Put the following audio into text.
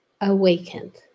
awakened